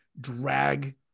drag